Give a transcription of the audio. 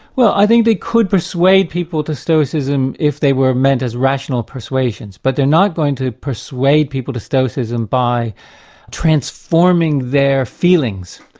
well i think they could persuade people to stoicism if they were meant as rational persuasions, but they're not going to persuade people to stoicism by transforming their feelings.